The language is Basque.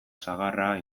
sagarra